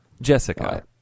Jessica